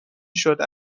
شده